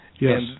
Yes